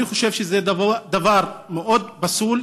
אני חושב שזה דבר מאוד פסול.